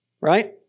right